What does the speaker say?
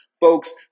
folks